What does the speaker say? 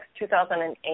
2008